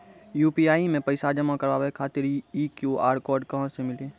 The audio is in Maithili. यु.पी.आई मे पैसा जमा कारवावे खातिर ई क्यू.आर कोड कहां से मिली?